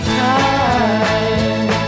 time